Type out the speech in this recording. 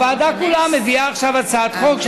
הוועדה כולה מביאה עכשיו הצעת חוק,